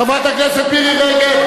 חברת הכנסת רגב,